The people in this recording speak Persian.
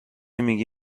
میگی